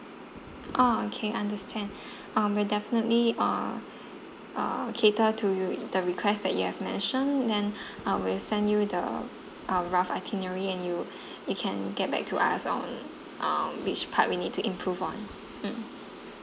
oh okay understand um we'll definitely uh uh uh cater to you the request that you have mentioned then I will send you the our rough itinerary and you you can get back to us on um which part we need to improve on mm